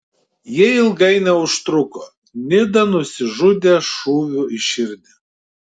jie ilgai neužtruko nida nusižudė šūviu į širdį